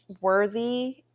worthy